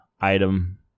Item